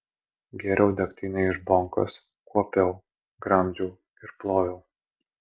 gėriau degtinę iš bonkos kuopiau gramdžiau ir ploviau